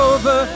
Over